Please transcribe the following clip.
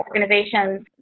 organizations